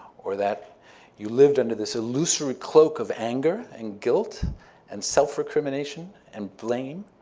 or that you lived into this illusory cloak of anger and guilt and self-recrimination and blame,